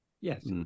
Yes